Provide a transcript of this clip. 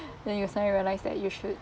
then you suddenly realise that you should